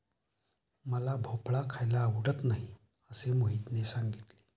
मला भोपळा खायला आवडत नाही असे मोहितने सांगितले